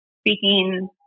speaking